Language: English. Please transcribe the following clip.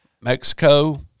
Mexico